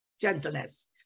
Gentleness